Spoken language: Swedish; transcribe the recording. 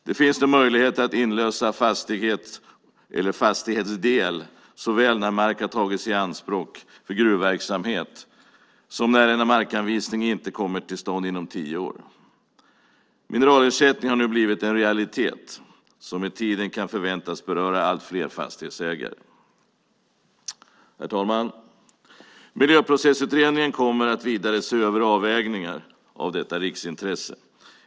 Det finns nu möjligheter att inlösa fastighet eller fastighetsdel såväl när mark har tagits i anspråk för gruvverksamhet som när en markanvisning inte kommer till stånd inom tio år. Mineralersättning har nu blivit en realitet som med tiden kan förväntas beröra allt fler fastighetsägare. Herr talman! Miljöprocessutredningen kommer att vidare se över avvägningar av detta riksintresse.